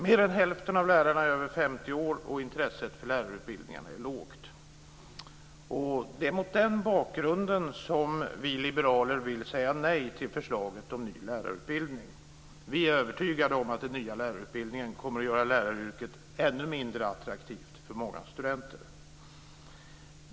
Mer än hälften av lärarna är över 50 år, och intresset för lärarutbildningarna är lågt. Mot den bakgrunden vill vi liberaler säga nej till förslaget om ny lärarutbildning. Vi är övertygade om att den nya lärarutbildningen kommer att göra läraryrket ännu mindre attraktivt för många studenter.